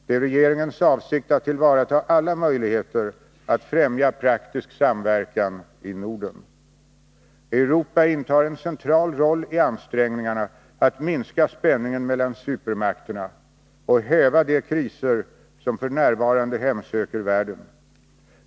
Det är regeringens avsikt att tillvarata alla möjligheter att främja praktisk samverkan i Norden. Europa intar en central roll i ansträngningarna att minska spänningen mellan supermakterna och häva de kriser som f. n. hemsöker världen.